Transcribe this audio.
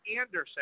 Anderson